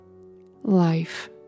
life